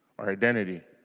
our identity.